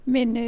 Men